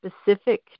specific